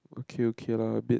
okay okay lah a bit